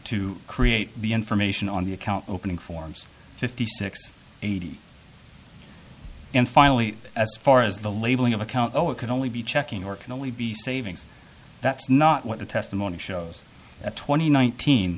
to create the information on the account opening forms fifty six eighty eight and finally as far as the labeling of account zero it can only be checking or can only be savings that's not what the testimony shows at twenty nineteen